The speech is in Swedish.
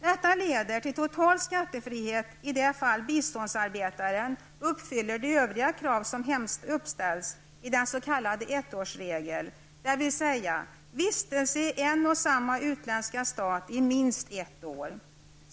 Detta leder till total skattefrihet i det fall biståndsarbetaren uppfyller de övriga krav som uppställs i den s.k. ettårsregeln, dvs. vistelse i en och samma utländska stat i minst ett år.